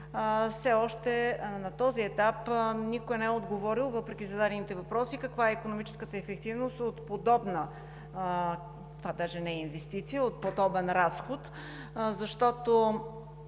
Все още на този етап никой не е отговорил, въпреки зададените въпроси, каква е икономическата ефективност от подобна – това даже не е инвестиция – от подобен разход, защото,